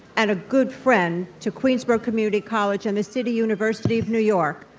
and a good friend to queensborough community college, and the city university of new york.